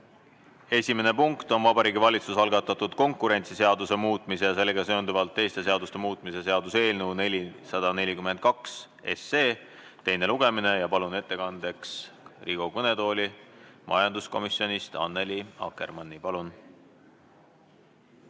esimene punkt on Vabariigi Valitsuse algatatud konkurentsiseaduse muutmise ja sellega seonduvalt teiste seaduste muutmise seaduse eelnõu 442 teine lugemine. Palun ettekandeks Riigikogu kõnetooli majanduskomisjoni esindaja Annely Akkermanni. Tänase